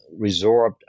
resorbed